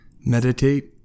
meditate